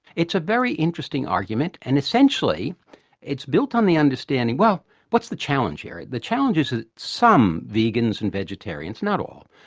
it's a very interesting argument and essentially it's built on the understanding, well, what's the challenge here? the challenge is that some vegans and vegetarians, not all,